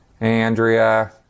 Andrea